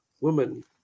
woman